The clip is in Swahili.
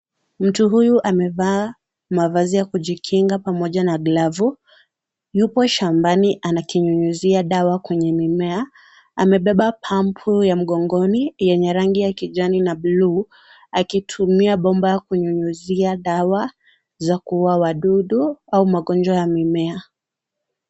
Mtu huyu amevaa mavazi ya kujikinga pamoja na glovu. Yuko shambani anakinyunyizia dawa kwenye mimea. Amebeba pampu kuu ya mgongoni yenye rangi ya kijani na buluu, akitumia bomba kunyunyizia dawa za kuua wadudu au magonjwa ya mimea.